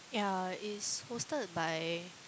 ya it's hosted by